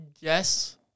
Yes